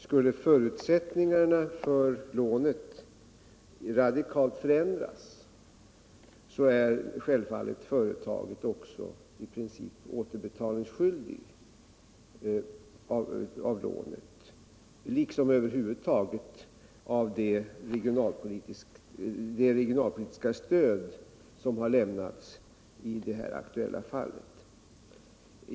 Skulle förutsättningarna för lånet radikalt förändras är företaget självfallet också i princip återbetalningsskyldigt när det gäller lånet liksom över huvud taget när det gäller det regionalpolitiska stöd som har lämnats i det aktuella fallet.